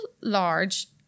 large